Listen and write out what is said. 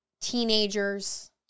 teenagers